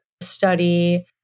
study